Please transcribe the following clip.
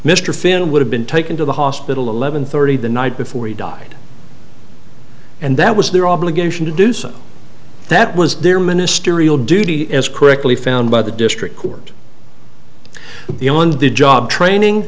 mr finn would have been taken to the hospital eleven thirty the night before he died and that was their obligation to do so that was their ministerial duty as quickly found by the district court beyond the job training